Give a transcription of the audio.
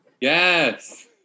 Yes